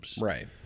Right